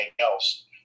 else